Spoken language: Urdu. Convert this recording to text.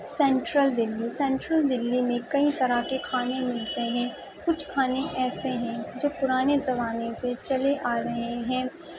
سینٹرل دلی سینٹرل دلی میں کئی طرح کے کھانے ملتے ہیں کچھ کھانے ایسے ہیں جو پرانے زمانے سے چلے آ رہے ہیں